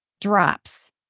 drops